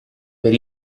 per